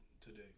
today